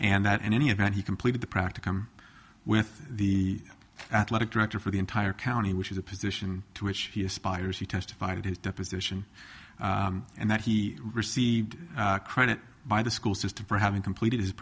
and that in any event he completed the practicum with the athletic director for the entire county which is a position to which he aspires he testified in his deposition and that he received credit by the school system for having completed